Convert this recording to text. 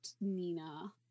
Nina